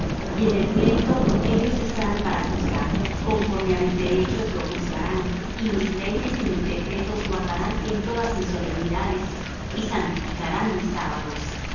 y en el pleito ellos estarán para juzgar conforme á mis derechos lo juzgarán y mis leyes y mis decretos guardarán en todas mis solemnidades y santificarán mis sábados